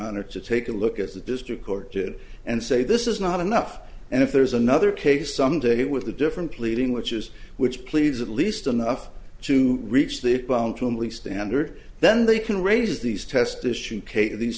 honor to take a look at the district court did and say this is not enough and if there's another case some day with a different pleading which is which please at least enough to reach the too many standard then they can raise these test issue